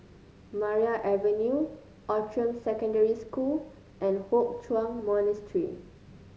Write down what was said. Maria Avenue Outram Secondary School and Hock Chuan Monastery